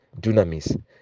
dunamis